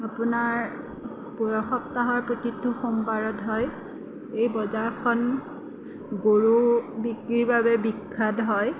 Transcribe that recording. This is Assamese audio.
আপোনাৰ সপ্তাহৰ প্ৰতিটো সোমবাৰত হয় এই বজাৰখন গৰু বিক্ৰীৰ বাবে বিখ্যাত হয়